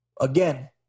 again